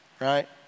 right